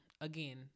again